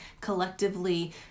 collectively